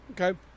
Okay